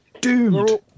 Doomed